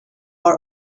are